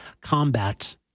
combat